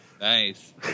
Nice